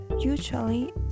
Usually